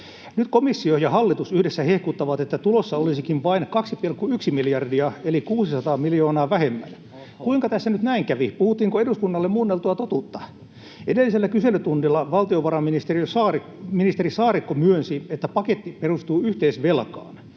Nyt komissio ja hallitus yhdessä hehkuttavat, että tulossa olisikin vain 2,1 miljardia eli 600 miljoonaa vähemmän. Kuinka tässä nyt näin kävi? Puhuttiinko eduskunnalle muunneltua totuutta? Edellisellä kyselytunnilla valtiovarainministeri Saarikko myönsi, että paketti perustuu yhteisvelkaan.